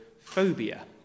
phobia